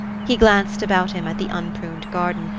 he glanced about him at the unpruned garden,